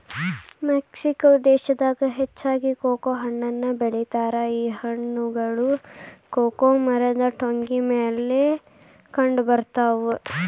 Mexico ದೇಶದಾಗ ಹೆಚ್ಚಾಗಿ cocoa ಹಣ್ಣನ್ನು ಬೆಳಿತಾರ ಈ ಹಣ್ಣುಗಳು ಕೊಕೊ ಮರದ ಟೊಂಗಿ ಮೇಲೆ ಕಂಡಬರ್ತಾವ